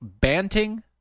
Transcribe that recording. Banting